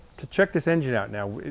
to check this engine out now,